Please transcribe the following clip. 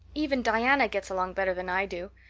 even diana gets along better than i do.